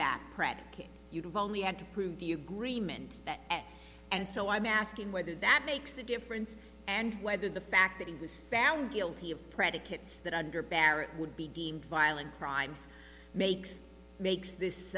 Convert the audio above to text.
predicate you've only had to prove the agreement that and so i'm asking whether that makes a difference and whether the fact that he was found guilty of predicates that under barrett would be deemed violent crimes makes makes this